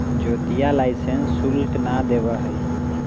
ज्योतिया लाइसेंस शुल्क ना देवा हई